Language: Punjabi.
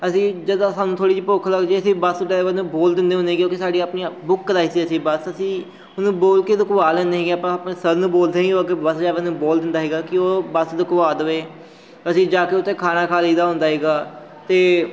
ਅਸੀਂ ਜਦੋਂ ਸਾਨੂੰ ਥੋੜ੍ਹੀ ਜਿਹੀ ਭੁੱਖ ਲੱਗਦੀ ਅਸੀਂ ਬੱਸ ਡਰਾਈਵਰ ਨੂੰ ਬੋਲ ਦਿੰਦੇ ਹੁੰਦੇ ਕਿਉਂਕਿ ਸਾਡੀ ਆਪਣੀਆਂ ਬੁੱਕ ਕਰਵਾਈ ਸੀ ਅਸੀਂ ਬੱਸ ਅਸੀਂ ਉਹਨੂੰ ਬੋਲ ਕੇ ਰੁਕਵਾ ਲੈਂਦੇ ਸੀਗੇ ਆਪਾਂ ਆਪਣੇ ਸਰ ਨੂੰ ਬੋਲਦੇ ਸੀ ਉਹ ਅੱਗੇ ਬੱਸ ਡਰਾਈਵਰ ਨੂੰ ਬੋਲ ਦਿੰਦਾ ਸੀਗਾ ਕਿ ਉਹ ਬੱਸ ਰੁਕਵਾ ਦੇਵੇ ਅਸੀਂ ਜਾ ਕੇ ਉੱਥੇ ਖਾਣਾ ਖਾ ਲਈਦਾ ਹੁੰਦਾ ਸੀਗਾ ਅਤੇ